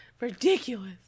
ridiculous